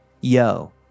Yo